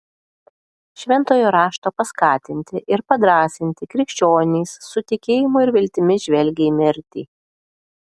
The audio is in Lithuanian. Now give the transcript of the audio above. šventojo rašto paskatinti ir padrąsinti krikščionys su tikėjimu ir viltimi žvelgią į mirtį